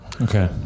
Okay